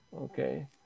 okay